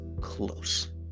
close